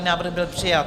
Návrh byl přijat.